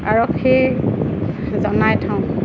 আৰক্ষীক জনাই থওঁ